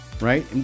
right